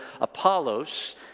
Apollos